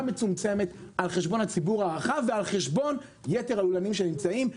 מצומצמת על חשבון הציבור הרחב ועל חשבון יתר הלולנים שנמצאים.